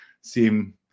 seem